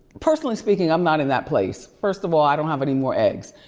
personally speaking i'm not in that place, first of all i don't have any more eggs,